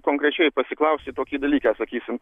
konkrečiai pasiklausti tokį dalyką sakysim